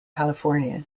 california